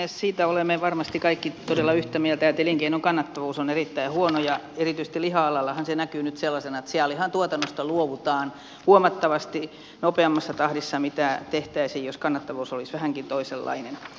siitä olemme varmasti kaikki todella yhtä mieltä että elinkeinon kannattavuus on erittäin huono ja erityisesti liha alallahan se näkyy nyt sellaisena että sianlihan tuotannosta luovutaan huomattavasti nopeammassa tahdissa kuin jos kannattavuus olisi vähänkin toisenlainen